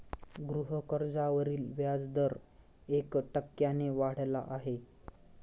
गृहकर्जावरील व्याजदर एक टक्क्याने वाढला आहे